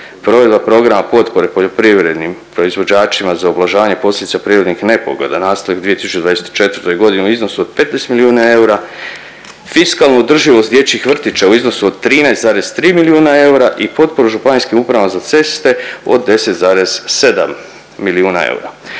provedba Programa potpore poljoprivrednim proizvođačima za ublažavanje posljedica prirodnih nepogoda nastalih u 2024.g. u iznosu od 15 milijuna eura, fiskalna održivost dječjih vrtića u iznosu od 13,3 milijuna eura i potporu Županijskim upravama za ceste od 10,7 milijuna eura.